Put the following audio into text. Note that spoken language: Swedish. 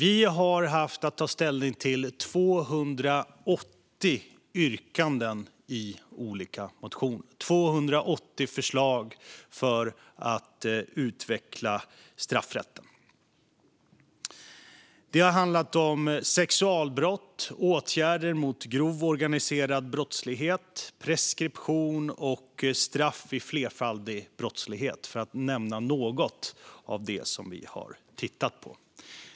Vi har haft att ta ställning till 280 yrkanden i olika motioner, alltså 280 förslag för att utveckla straffrätten. Det har handlat om sexualbrott, åtgärder mot grov organiserad brottslighet, preskription och straff vid flerfaldig brottslighet, för att nämna något av det vi har tittat på.